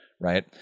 right